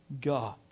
God